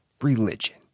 religion